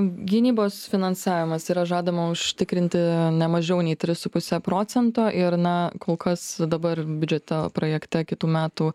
gynybos finansavimas yra žadama užtikrinti ne mažiau nei tris su puse procento ir na kol kas dabar biudžeto projekte kitų metų